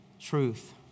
truth